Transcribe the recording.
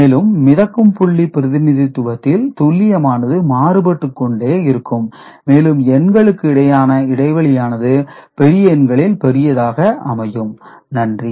மேலும் மிதக்கும் புள்ளி பிரதிநிதித்துவத்தில் துல்லியமானது மாறுபட்டுக் கொண்டே இருக்கும் மேலும் எண்களுக்கு இடையேயான இடைவெளியானது பெரிய எண்களில் பெரியதாக அமையும் நன்றி